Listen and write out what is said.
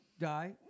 die